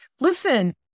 listen